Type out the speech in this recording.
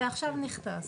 זה עכשיו נכנס.